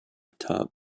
tub